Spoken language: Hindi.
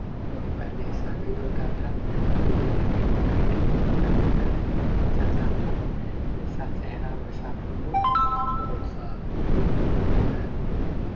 पर पहले ऐसा नहीं होता था ब्लैक एंड वाइट ही ज़्यादातर चलता था जैसा चेहरा वैसा फोटो बहुत सा फोटो हम लोग जो है